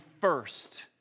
first